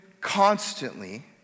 constantly